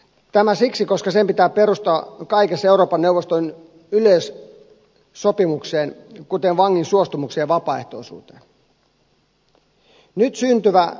tämä siksi koska sen pitää perustua kaikessa euroopan neuvoston yleissopimukseen kuten vangin suostumukseen ja vapaaehtoisuuteen